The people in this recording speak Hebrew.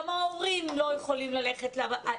גם ההורים לא יכולים ללכת לעבודה.